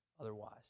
otherwise